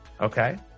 okay